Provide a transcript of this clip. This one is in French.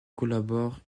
collaborent